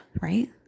right